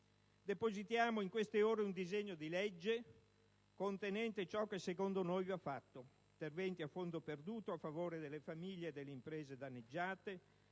Depositiamo in queste ore un disegno di legge contenente ciò che secondo noi va fatto: interventi a fondo perduto a favore delle famiglie e delle imprese daneggiate;